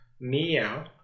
Meow